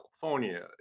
California